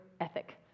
ethic